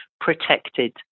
protected